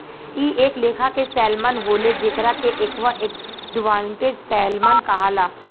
इ एक लेखा के सैल्मन होले जेकरा के एक्वा एडवांटेज सैल्मन कहाला